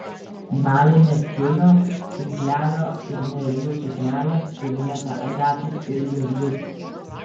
balinė tiulio tinklelio ir nėrinių suknelė siuvinėta agatais ir blizgučiais